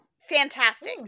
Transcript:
fantastic